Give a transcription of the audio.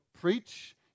preach